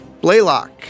Blaylock